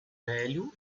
velho